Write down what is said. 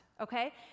okay